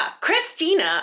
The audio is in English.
Christina